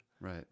Right